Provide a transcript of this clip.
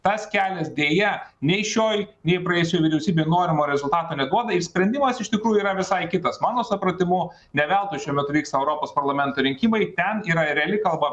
tas kelias deja nei šioj nei praėjusioj vyriausybėj norimo rezultato neduoda išsprendimas iš tikrųjų yra visai kitas mano supratimu ne veltui šiuo metu vyksta europos parlamento rinkimai ten yra reali kalba